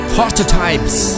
Prototypes